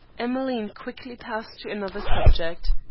emmeline quickly passed to another subject.